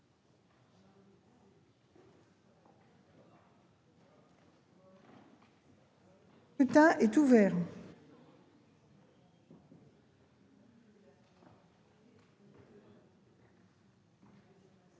Le scrutin est ouvert.